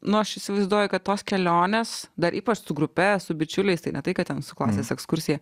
no aš įsivaizduoja kad tos kelionės dar ypač su grupe su bičiuliais tai ne tai kad ten su klasės ekskursija